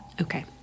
Okay